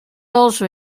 also